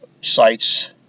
sites